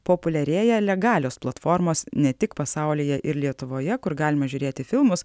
populiarėja legalios platformos ne tik pasaulyje ir lietuvoje kur galime žiūrėti filmus